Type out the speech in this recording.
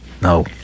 No